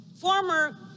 former